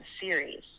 series